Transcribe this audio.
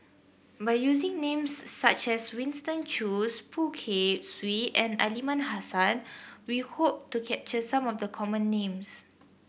by using names such as Winston Choos Poh Kay Swee and Aliman Hassan we hope to capture some of the common names